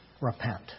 repent